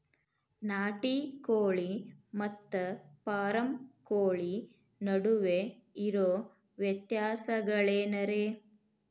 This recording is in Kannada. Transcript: ನಾಟಿ ಕೋಳಿ ಮತ್ತ ಫಾರಂ ಕೋಳಿ ನಡುವೆ ಇರೋ ವ್ಯತ್ಯಾಸಗಳೇನರೇ?